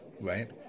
Right